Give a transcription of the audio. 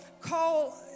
call